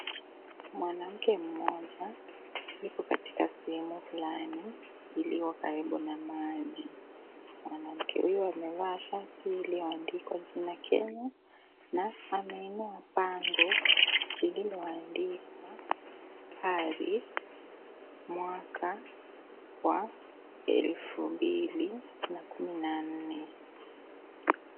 Mwanamke mmoja, yuko katika sehemu fulani, ilio karibu na maji, mwanamke huyu amevaa shati ilio andikwa jina Kenya, na ameinua pango, lililo andikwa, Paris, mwaka, wa elfu mbili, na kumi na nne.